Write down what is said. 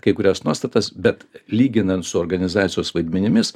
kai kurias nuostatas bet lyginant su organizacijos vaidmenimis